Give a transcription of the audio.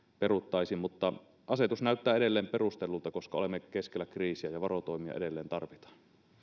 peruttaisi mutta asetus näyttää edelleen perustellulta koska olemme keskellä kriisiä ja varotoimia edelleen tarvitaan